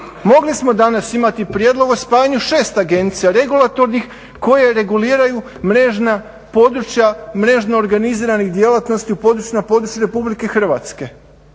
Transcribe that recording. Mogli smo danas imati prijedlog o spajanju 6 agencija regulatornih koje reguliraju mrežna područja mrežno organiziranih djelatnosti na području RH.